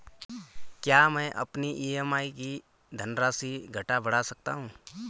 क्या मैं अपनी ई.एम.आई की धनराशि घटा बढ़ा सकता हूँ?